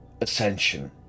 ascension